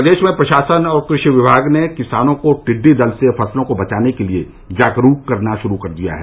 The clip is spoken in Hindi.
प्रदेश में प्रशासन और कृषि विभाग ने किसानों को टिड्डी दल से फसलों को बचाने के लिए जागरूक करना शुरू कर दिया है